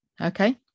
okay